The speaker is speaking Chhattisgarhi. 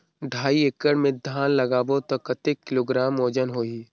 ढाई एकड़ मे धान लगाबो त कतेक किलोग्राम वजन होही?